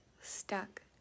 stuck